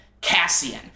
Cassian